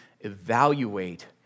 evaluate